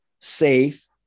safe